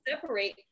separate